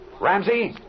Ramsey